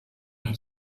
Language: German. hat